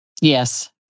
Yes